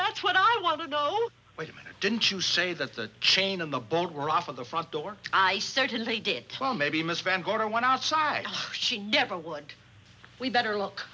that's what i want to know wait a minute didn't you say that the chain on the boat were off of the front door i certainly did well maybe miss van gogh went outside she never would we better look